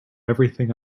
everything